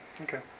Okay